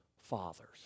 Fathers